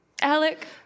Alec